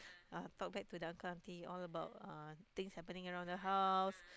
uh talk bad to the uncle aunty all about uh the things happening around the house